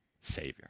savior